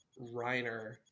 Reiner